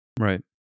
Right